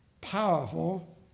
powerful